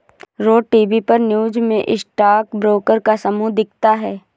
रोज TV पर news में stock broker का समूह दिखता है